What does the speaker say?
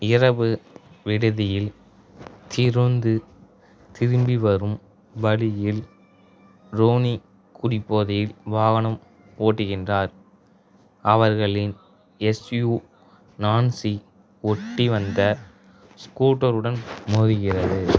இரவு விடுதியில் திருந்து திரும்பி வரும் வழியில் ரோனி குடிபோதையில் வாகனம் ஓட்டுகின்றார் அவர்களின் எஸ்யூ நான்சி ஒட்டி வந்த ஸ்கூட்டருடன் மோதுகிறது